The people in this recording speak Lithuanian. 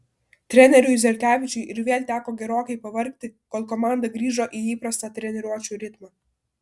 treneriui zelkevičiui ir vėl teko gerokai pavargti kol komanda grįžo į įprastą treniruočių ritmą